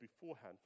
beforehand